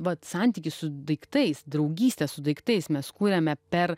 vat santykį su daiktais draugystę su daiktais mes kuriame per